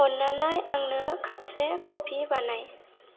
अन्नानै आंनो कापसे कफि बानाय